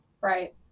Right